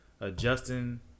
adjusting